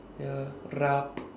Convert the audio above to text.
ya rap